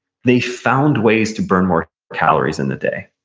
they found ways to burn more calories in the day.